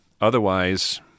Otherwise